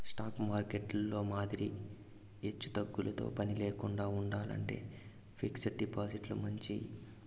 stock మార్కెట్టులో మాదిరి ఎచ్చుతగ్గులతో పనిలేకండా ఉండాలంటే ఫిక్స్డ్ డిపాజిట్లు మంచియి